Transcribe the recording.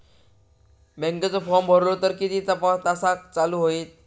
बँकेचो फार्म भरलो तर किती तासाक चालू होईत?